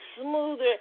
smoother –